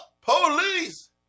Police